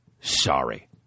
sorry